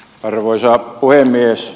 arvoisa puhemies